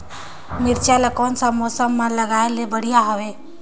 मिरचा ला कोन सा मौसम मां लगाय ले बढ़िया हवे